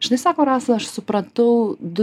žinai sako rasa aš supratau du